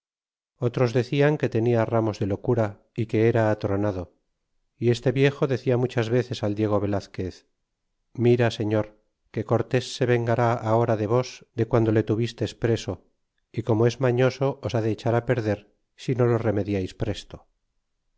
otros decian que tenia ramos de locura que era atronado y este viejo decia muchas veces al diego velazquez mira señor que cortes se vengar ahora de vos de guando le invistes preso y como es mañoso os ha de echar perder si no lo remediais presto